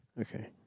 okay